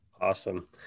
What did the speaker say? Awesome